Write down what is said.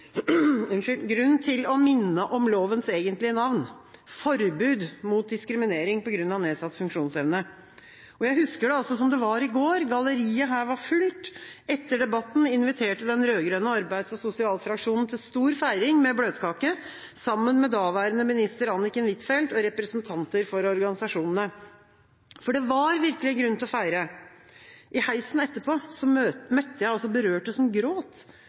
til å minne om lovens egentlige navn: forbud mot diskriminering på grunn av nedsatt funksjonsevne. Jeg husker det som det var i går. Galleriet her var fullt. Etter debatten inviterte den rød-grønne arbeids- og sosialfraksjonen til stor feiring med bløtkake sammen med daværende minister, Anniken Huitfeldt, og representanter for organisasjonene. For det var virkelig grunn til å feire. I heisen etterpå møtte jeg berørte brukere som gråt,